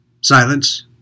Silence